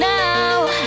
now